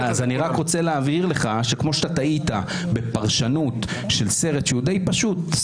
אני רק רוצה להבהיר לך שכמו שטעית בפרשנות של סרט שהוא די פשוט,